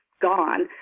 gone